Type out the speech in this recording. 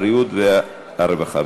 הרווחה והבריאות.